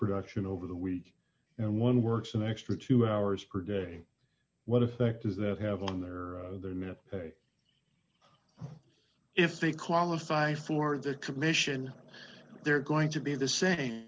production over the week and one works an extra two hours per day what effect does that have on there are other men if they qualify for the commission they're going to be the same